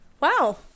Wow